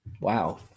Wow